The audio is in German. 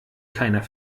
keiner